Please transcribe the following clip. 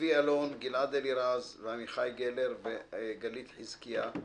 צבי אלון, גלעד אלירז, ועמיחי גלר וגלית חזקיה.